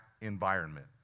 environment